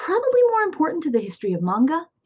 probably more important to the history of manga,